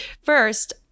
first